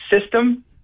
system